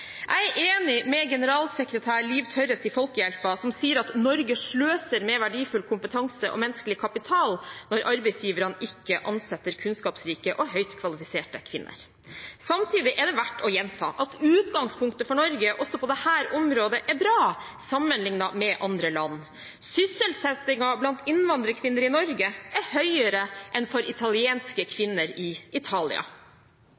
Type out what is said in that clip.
Jeg er enig med generalsekretær Liv Tørres i Folkehjelpen som sier at Norge sløser med verdifull kompetanse og menneskelig kapital når arbeidsgiverne ikke ansetter kunnskapsrike og høyt kvalifiserte kvinner. Samtidig er det verdt å gjenta at utgangspunktet for Norge også på dette området er bra sammenlignet med andre land. Sysselsettingen blant innvandrerkvinner i Norge er høyere enn for italienske kvinner i Italia.